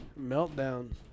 Meltdown